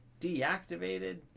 deactivated